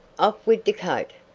off wid de coat.